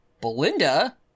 Belinda